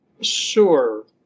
Sure